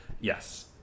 Yes